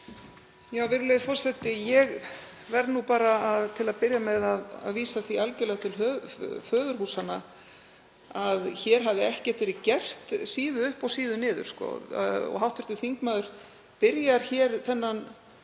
Virðulegur forseti. Ég verð nú bara til að byrja með að vísa því algjörlega til föðurhúsanna að hér hafi ekkert verið gert síðu upp og síðu niður. Hv. þingmaður byrjar hér þessi